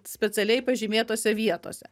specialiai pažymėtose vietose